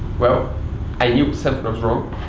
well i knew something was wrong.